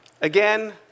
Again